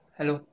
Hello